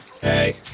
Hey